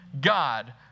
God